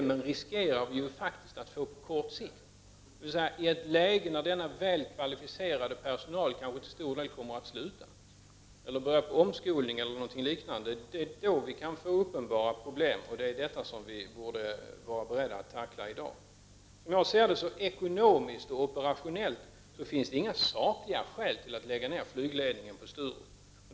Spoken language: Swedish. Men vi riskerar ju faktiskt att få problemen på kort sikt, dvs. i ett läge när denna väl kvalificerade personal i stor omfattning kanske kommer att sluta, påbörja omskolning eller något liknande. Det är då vi kan få uppenbara problem. Det är detta problem vi borde vara beredda att tackla i dag. Som jag ser det finns det ekonomiskt och operationellt inte några sakliga skäl till att lägga ned flygledningen på Sturup.